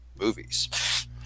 movies